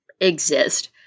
exist